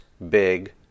Big